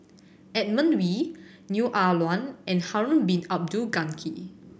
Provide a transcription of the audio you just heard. Edmund Wee Neo Ah Luan and Harun Bin Abdul Ghani